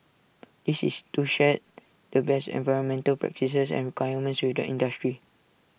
this is to share the best environmental practices and requirements with the industry